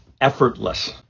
effortless